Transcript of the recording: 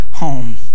home